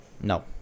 No